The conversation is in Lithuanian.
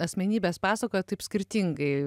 asmenybes pasakojot taip skirtingai